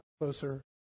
closer